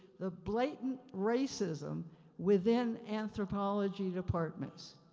the blatant racism within anthropology departments.